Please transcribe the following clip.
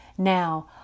Now